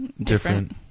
different